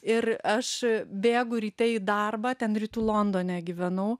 ir aš bėgu ryte į darbą ten rytų londone gyvenau